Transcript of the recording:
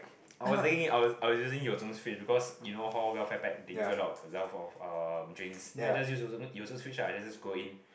I was saying it I was I was using your because you know hall welfare pack they give you a lot of enough of uh drinks then I just fridge ah then just go in